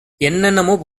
என்னென்ன